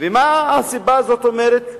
ומה הסיבה, זאת אומרת,